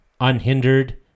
unhindered